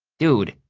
dude,